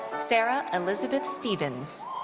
sarah elizabeth stevens.